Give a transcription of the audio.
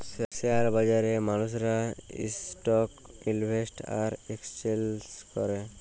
share বাজারে মালুসরা stock invest আর একেসচেলজ ক্যরে